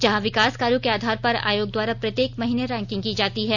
जहां विकास कार्यों के आधार पर आयोग द्वारा प्रत्येक महीने रैंकिंग जारी की जाती है